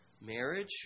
marriage